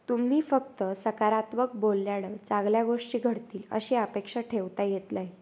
तुम्ही फक्त सकारात्मक बोलल्यानं चांगल्या गोष्टी घडतील अशी अपेक्षा ठेवता येत नाही